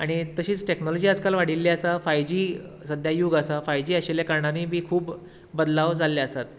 आनी तशीच टॅक्नोलॉजी आज काल वाडिल्ली आसा फाय जी सद्या यूग आसा फाय जी आशिल्या कारणानूय बी खूब बदलाव जाल्ले आसात